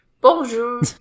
Bonjour